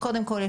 קודם כל,